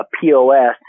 POS